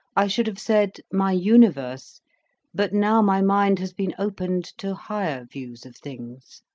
i should have said my universe but now my mind has been opened to higher views of things.